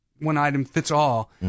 one-item-fits-all